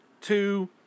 two